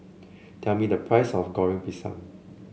tell me the price of Goreng Pisang